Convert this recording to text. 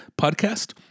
Podcast